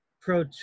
pro